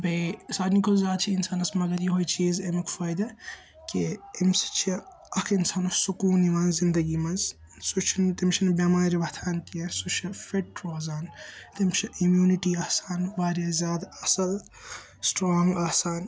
بیٚیہِ سارنی کھۄتہٕ زیادٕ چھِ اِنسانَس مَگَر یِہے چیز امیُک فٲیدٕ کہِ أمس چھِ اَکھ انسانَس سکون یِوان زِ زِندگی منٛز سُہ چھِنہٕ تٔمس چھنہٕ بٮ۪مارِ وَتھان کیٚنٛہہ سُہ چھ فِٹ روزان تٔمس چھِ اِمیونٹی آسان واریاہ زیادٕ اَصٕل سِٹرانگ آسان